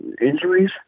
injuries